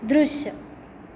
दृश्य